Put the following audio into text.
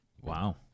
Wow